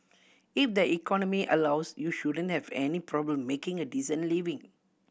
if the economy allows you shouldn't have any problem making a decent living